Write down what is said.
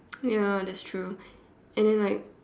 ya that's true and then like